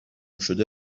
شده